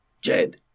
Jed